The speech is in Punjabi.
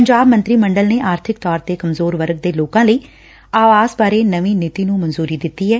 ਪੰਜਾਬ ਮੰਤਰੀ ਮੰਡਲ ਨੇ ਆਰਥਿਕ ਤੌਰ ਤੇ ਕਮਜ਼ੋਰ ਵਰਗ ਦੇ ਲੋਕਾਂ ਲਈ ਆਵਾਸ ਬਾਰੇ ਨਵੀਂ ਨੀਤੀ ਨੂੰ ਮਨਜੂਰੀ ਦਿੱਤੀ ਏ